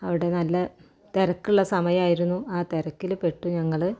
അവിടെ നല്ല തിരക്കുള്ള സമയമായിരുന്നു ആ തിരക്കിൽ പെട്ടു ഞങ്ങൾ